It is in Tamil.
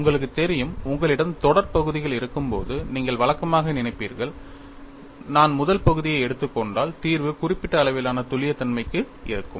உங்களுக்குத் தெரியும் உங்களிடம் தொடர் பகுதிகள் இருக்கும்போது நீங்கள் வழக்கமாக நினைப்பீர்கள் நான் முதல் பகுதியை எடுத்துக் கொண்டால் தீர்வு குறிப்பிட்ட அளவிலான துல்லியத்தன்மைக்கு இருக்கும்